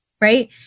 Right